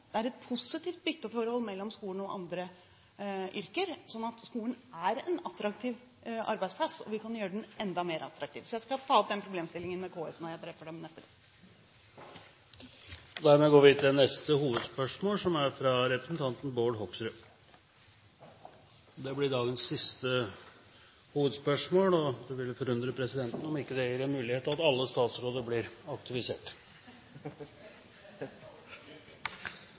Det er et positivt bytteforhold mellom skolen og andre yrker. Så skolen er en attraktiv arbeidsplass, og vi kan gjøre den enda mer attraktiv. Jeg skal ta opp den problemstillingen med KS når jeg treffer dem neste gang. Vi går videre til neste hovedspørsmål, som er fra representanten Bård Hoksrud. Det blir dagens siste hovedspørsmål, og det ville forundre presidenten om ikke det gir en mulighet til at alle statsråder blir